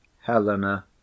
Helena